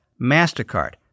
MasterCard